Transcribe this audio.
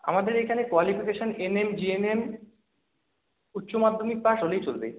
আমাদের এইখানে qualification A N M G N M উচ্চ মাধ্যমিক পাস হলেই চলবে